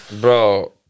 bro